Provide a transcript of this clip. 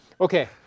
Okay